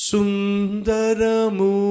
Sundaramu